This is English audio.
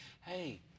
Hey